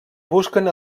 busquen